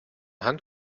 hand